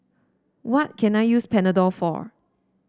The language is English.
what can I use Panadol for